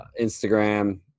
Instagram